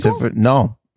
No